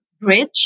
bridge